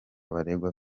baregwa